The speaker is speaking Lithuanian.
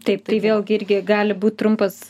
taip tai vėlgi irgi gali būt trumpas